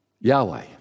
Yahweh